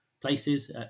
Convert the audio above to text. places